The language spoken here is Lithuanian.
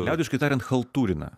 liaudiškai tariant chaltūrina